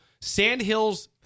Sandhills